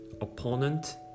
opponent